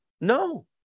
no